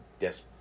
Yes